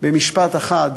במשפט אחד,